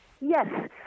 Yes